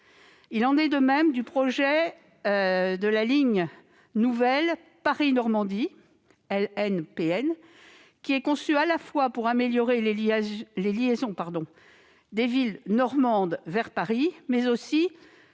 Il en est de même du projet de ligne nouvelle Paris-Normandie, la LNPN, conçue à la fois pour améliorer les liaisons des villes normandes vers Paris, mais aussi